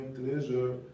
treasure